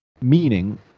meaning